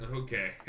okay